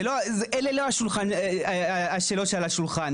אלה לא השאלות שעל השולחן.